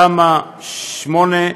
תמ"א 8,